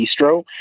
Bistro